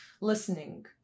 listening